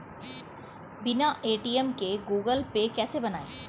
बिना ए.टी.एम के Google Pay कैसे बनायें?